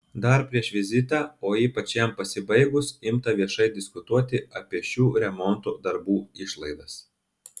dar prieš vizitą o ypač jam pasibaigus imta viešai diskutuoti apie šių remonto darbų išlaidas